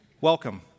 welcome